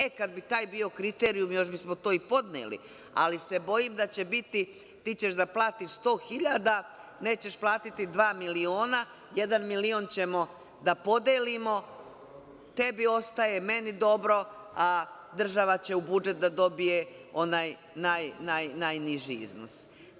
E, kad bi taj bio kriterijum, još bismo to i podneli, ali se bojim da će biti – ti ćeš da platiš 100 hiljada, nećeš platiti dva miliona, jedan milion ćemo da podelimo, tebi ostaje, meni dobro, a država će u budžet da dobije onaj najniži iznos.